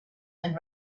and